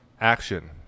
action